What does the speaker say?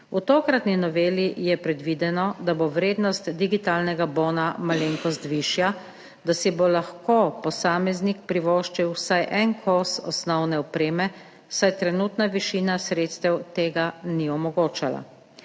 V tokratni noveli je predvideno, da bo vrednost digitalnega bona malenkost višja, da si bo lahko posameznik privoščil vsaj en kos osnovne opreme, saj trenutna višina sredstev tega ni omogočala.